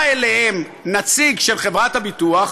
בא אליהם נציג של חברת הביטוח,